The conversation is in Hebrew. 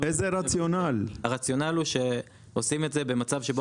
הרציונל הוא שעושים את זה במצב שבו